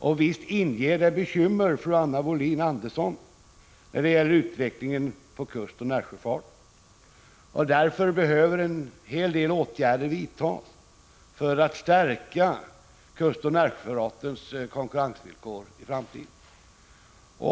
Och visst inger det bekymmer, fru Anna Wohlin-Andersson, med den utveckling vi har av kustoch närsjöfarten. Därför behöver en hel del åtgärder vidtas för att stärka kustoch närsjöfartens konkurrensvillkor i framtiden.